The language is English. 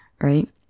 right